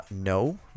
no